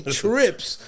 trips